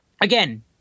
again